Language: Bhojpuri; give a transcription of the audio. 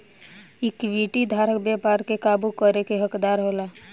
इक्विटी धारक व्यापार के काबू करे के हकदार होला